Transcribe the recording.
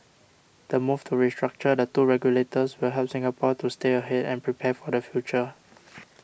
the move to restructure the two regulators will help Singapore to stay ahead and prepare for the future